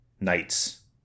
knights